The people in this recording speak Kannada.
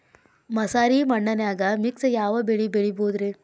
ಮಸಾರಿ ಮಣ್ಣನ್ಯಾಗ ಮಿಕ್ಸ್ ಯಾವ ಬೆಳಿ ಬೆಳಿಬೊದ್ರೇ?